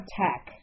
tech